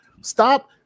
stop